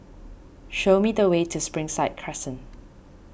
show me the way to Springside Crescent